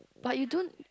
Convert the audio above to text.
but you don't